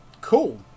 Cool